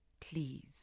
Please